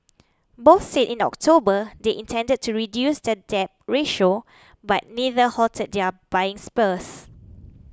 both said in October they intended to reduce their debt ratio but neither halted their buying sprees